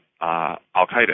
al-Qaeda